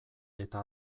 eta